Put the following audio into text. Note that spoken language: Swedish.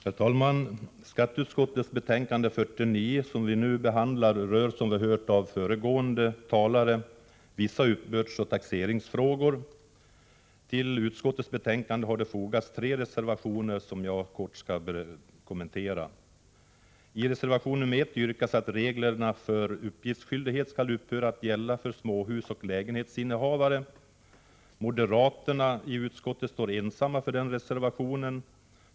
Herr talman! Skatteutskottets betänkande 49 som vi nu behandlar rör, som vi hört av föregående talare, vissa uppbördsoch taxeringsfrågor. Till utskottets betänkande har fogats tre reservationer, som jag kort skall Nr 145 kommentera. Onsdagen den I reservation nr 1 yrkas att reglerna för uppgiftsskyldighet skall upphöra 15 maj 1985 ensamma för den reservationen.